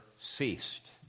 ceased